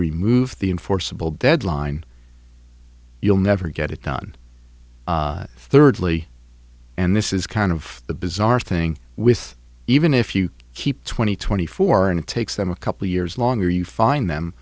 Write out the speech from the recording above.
remove the enforceable deadline you'll never get it done thirdly and this is kind of the bizarre thing with even if you keep twenty twenty four and it takes them a couple years longer you find them